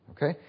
Okay